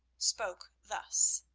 spoke thus